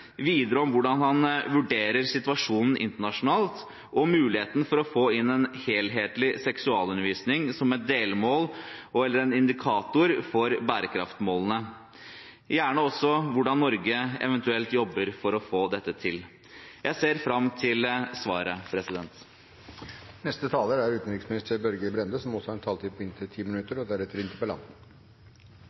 videre om hvordan han vurderer situasjonen internasjonalt og muligheten for å få inn en helhetlig seksualundervisning som et delmål og/eller en indikator for bærekraftsmålene – gjerne også hvordan Norge eventuelt jobber for å få dette til. Jeg ser fram til svaret. Representanten Wickholm tar opp et viktig tema. Vi vet at fattigdom, barneekteskap samt manglende tilgang til utdanning, prevensjon og